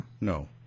No